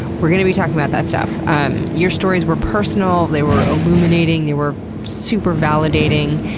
we're going to be talking about that stuff. um your stories were personal. they were illuminating. they were super validating.